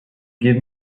give